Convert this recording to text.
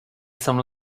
some